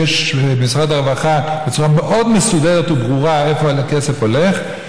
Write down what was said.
במשרד הרווחה צורה מאוד מסודרת וברורה של איפה הכסף הולך,